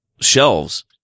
shelves